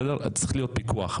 צריך להיות פיקוח,